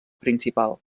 principal